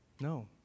No